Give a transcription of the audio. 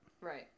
Right